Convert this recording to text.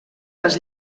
les